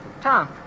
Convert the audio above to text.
Tom